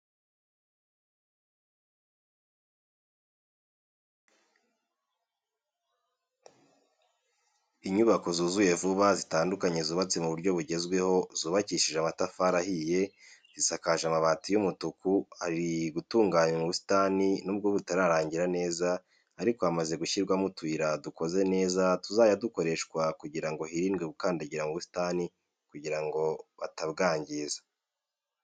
Inyubako zuzuye vuba zitandukanye zubatse mu buryo bugezweho zubakishije amatafari ahiye, zisakaje amabati y'umutuku, hari gutunganwa ubusitani nubwo butararangira neza ariko hamaze gushyirwamo utuyira dukoze neza tuzajya dukoreshwa kugira ngo hirindwe gukandagira mu busitani kugira ngo batabwangiza.